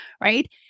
right